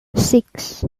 six